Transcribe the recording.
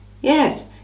Yes